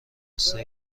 غصه